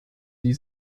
die